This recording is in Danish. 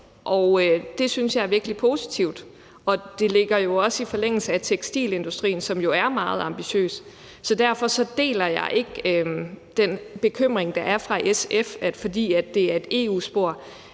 Det synes jeg er virkelig positivt, og det ligger jo også i forlængelse af tekstilindustrien, som jo er meget ambitiøs. Så derfor deler jeg ikke den bekymring, der er fra SF, altså om, at fordi det er et EU-spor,